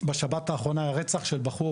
בשבת האחרונה היה רצח של בחור